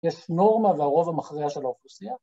‫יש נורמה והרוב המכריע של האוכלוסיה.